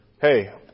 hey